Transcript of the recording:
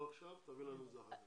לא עכשיו אלא אחר כך.